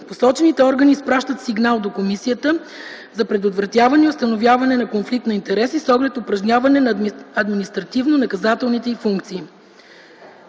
посочените органи изпращат сигнал до Комисията за предотвратяване и установяване на конфликт на интереси с оглед упражняване на административно-наказателните й функции.